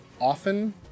often